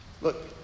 look